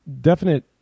definite